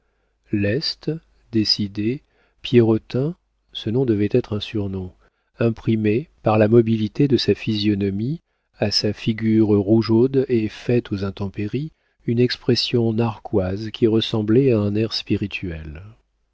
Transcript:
leste décidé pierrotin ce nom devait être un surnom imprimait par la mobilité de sa physionomie à sa figure rougeaude et faite aux intempéries une expression narquoise qui ressemblait à un air spirituel